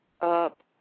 up